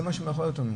זה מה מאחד אותנו.